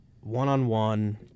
one-on-one